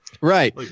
Right